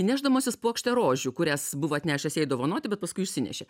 nešdamasis puokštę rožių kurias buvo atnešęs jai dovanoti bet paskui išsinešė